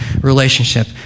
relationship